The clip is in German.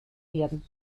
werden